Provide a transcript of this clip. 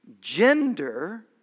Gender